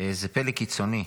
זה פלג קיצוני,